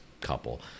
couple